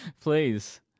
Please